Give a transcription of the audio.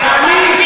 ואני,